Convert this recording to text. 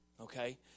okay